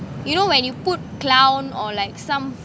you know when you put clown or like some